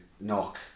knock